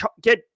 get